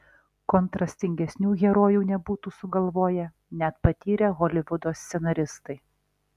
kontrastingesnių herojų nebūtų sugalvoję net patyrę holivudo scenaristai